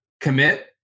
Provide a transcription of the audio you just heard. commit